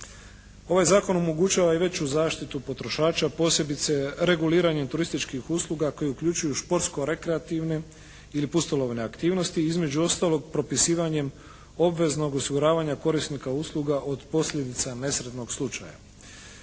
Ovaj zakon omogućava i veću zaštitu potrošača posebice reguliranjem turističkih usluga koje uključuju športsko-rekreativne ili pustolovne aktivnosti između ostalog propisivanjem obveznog osiguravanja korisnika usluga od posljedica nesretnog slučaja.